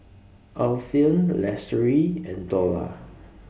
Alfian Lestari and Dollah